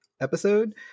episode